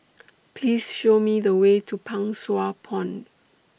Please Show Me The Way to Pang Sua Pond